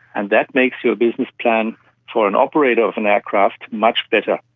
and that makes your business plan, for an operator of an aircraft, much better.